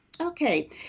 Okay